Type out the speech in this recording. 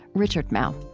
richard mouw.